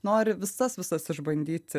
nori visas visas išbandyti